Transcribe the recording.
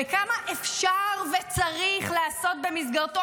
וכמה אפשר וצריך לעשות במסגרתו,